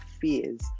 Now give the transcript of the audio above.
fears